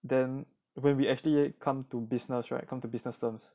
then when we actually come to business right come to business terms